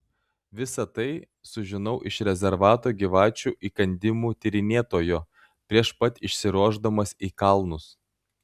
visa tai sužinau iš rezervato gyvačių įkandimų tyrinėtojo prieš pat išsiruošdamas į kalnus